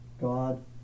God